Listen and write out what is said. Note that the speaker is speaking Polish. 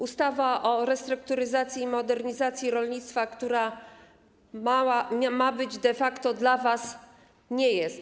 Ustawa o restrukturyzacji i modernizacji rolnictwa, która ma być de facto dla was, nie jest taka.